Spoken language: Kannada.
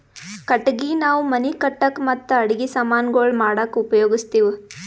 ಕಟ್ಟಗಿ ನಾವ್ ಮನಿ ಕಟ್ಟಕ್ ಮತ್ತ್ ಅಡಗಿ ಸಮಾನ್ ಗೊಳ್ ಮಾಡಕ್ಕ ಉಪಯೋಗಸ್ತಿವ್